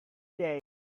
day